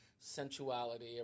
sensuality